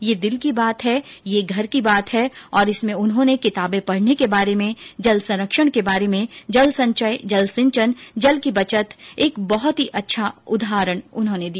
ये दिल की बात है ये घर की बात है और इसमें इन्होंने किताबें पढ़ने के बारे में जल संरक्षण के बारे में जल संचय जल सिंचन जल की बचत एक बहुत ही अच्छा उन्होंने उदाहरण दिया